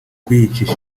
kwiyicisha